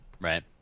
Right